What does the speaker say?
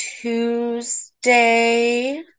Tuesday